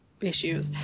issues